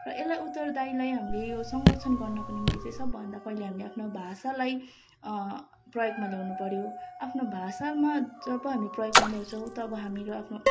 र यसलाई उत्तरदायीलाई हामीले यो संरक्षण गर्नको निम्ति चाहिँ सबभन्दा पहिले हामीले आफ्नो भाषालाई प्रयोगमा ल्याउनुपर्यो आफ्नो भाषामा जब हामी प्रयोगमा ल्याउँछौँ तब हामीहरू आफ्नो